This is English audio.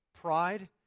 Pride